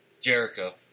Jericho